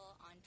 on